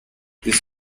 this